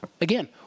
again